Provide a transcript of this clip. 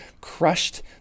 crushed